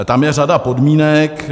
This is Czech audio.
Tam je řada podmínek.